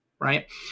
Right